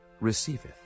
receiveth